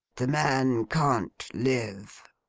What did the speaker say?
the man can't live